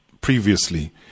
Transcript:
previously